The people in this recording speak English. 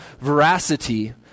veracity